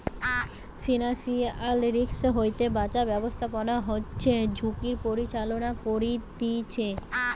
financial risk হইতে বাঁচার ব্যাবস্থাপনা হচ্ছে ঝুঁকির পরিচালনা করতিছে